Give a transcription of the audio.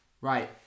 right